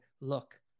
look